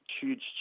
huge